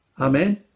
Amen